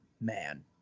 man